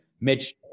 mitch